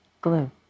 Glue